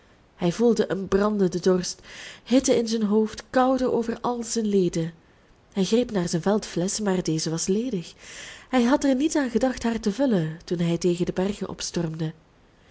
hij voelde een brandenden dorst hitte in zijn hoofd koude over al zijn leden hij greep naar zijn veldflesch maar deze was ledig hij had er niet aan gedacht haar te vullen toen hij tegen de bergen